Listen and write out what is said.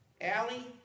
Allie